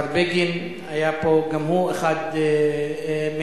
השר בגין היה פה, גם הוא אחד מהם.